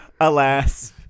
Alas